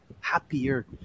happier